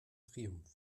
triumph